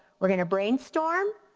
we're gonna brainstorm,